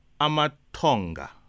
Amatonga